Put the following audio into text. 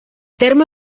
terme